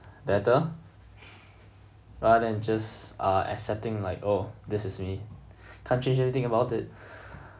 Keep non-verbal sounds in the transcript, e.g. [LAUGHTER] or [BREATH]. better [BREATH] rather than just ah accepting like oh this is me can't change anything about it [BREATH]